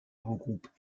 regroupent